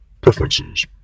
preferences